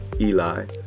Eli